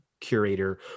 curator